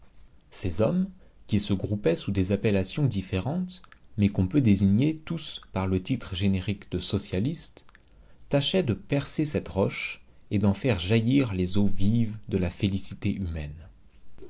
ces hommes qui se groupaient sous des appellations différentes mais qu'on peut désigner tous par le titre générique de socialistes tâchaient de percer cette roche et d'en faire jaillir les eaux vives de la félicité humaine